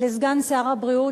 לסגן שר הבריאות,